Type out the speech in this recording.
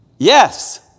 Yes